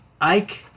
Ike